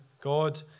God